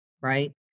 right